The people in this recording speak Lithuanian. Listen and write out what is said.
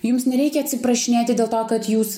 jums nereikia atsiprašinėti dėl to kad jūs